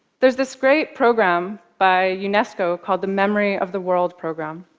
there's this great program by unesco called the memory of the world program.